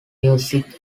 music